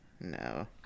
No